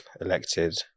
elected